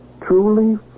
Truly